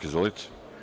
Izvolite.